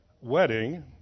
wedding